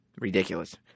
Ridiculous